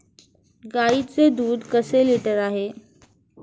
गाईचे दूध कसे लिटर आहे?